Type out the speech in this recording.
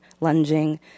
lunging